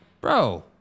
Bro